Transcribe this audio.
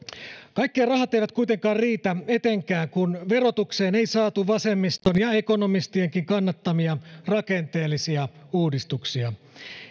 kaikkeen rahat eivät kuitenkaan riitä etenkään kun verotukseen ei saatu vasemmiston ja ekonomistienkin kannattamia rakenteellisia uudistuksia